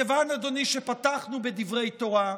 מכיוון שפתחנו בדברי תורה,